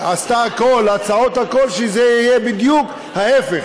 היא עשתה הכול, הצעות, הכול, שזה יהיה בדיוק ההפך.